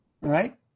right